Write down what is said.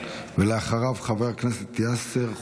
ואחריו, חבר הכנסת יאסר חוג'יראת.